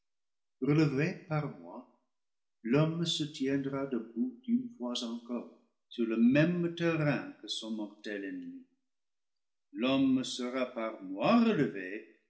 relevé par moi l'homme se tiendra debout une fois encore sur le même terrain que son mortel ennemi l'homme sera par moi relevé